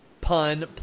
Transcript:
Pun